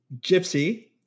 Gypsy